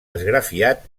esgrafiat